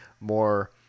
more